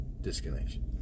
disconnection